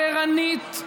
בררנית,